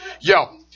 Yo